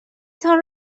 تان